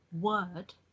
Word